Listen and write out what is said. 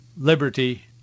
liberty